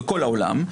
בכל העולם,